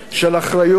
של אחריות,